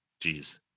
jeez